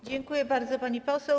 Dziękuję bardzo, pani poseł.